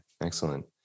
excellent